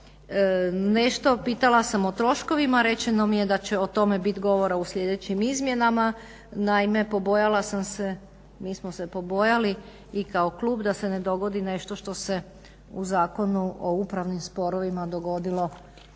Nešto pitala sam o troškovima, rečeno mi je da će o tome biti govora u sljedećim izmjenama. Naime pobojala sam se, mi smo pobojali i kao klub da se ne dogodi nešto što se u Zakonu o upravnim sporovima dogodilo jučer,